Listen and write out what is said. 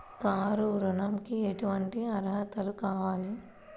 Car ఋణంకి ఎటువంటి అర్హతలు కావాలి?